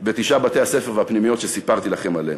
בתשעה בתי-הספר והפנימיות שסיפרתי לכם עליהם.